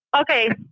Okay